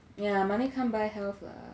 yeah money can't buy health lah